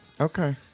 Okay